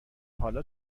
حالا